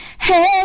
Hey